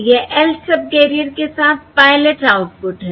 यह lth subcarrier के साथ पायलट आउटपुट है